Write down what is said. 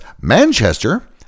Manchester